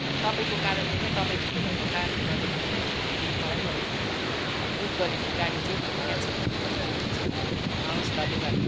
अब तपाईँको कारणले नै तपाईँ ढिलो भएको कारणले गर्दाखेरि नै मैले यो तपाईँको बुक गरेको गाडी चाहिँ मैले क्यान्सल गर्नु परिरहेको छ हवस् धन्यवाद